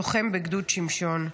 לוחם בגדוד שמשון.